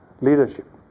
leadership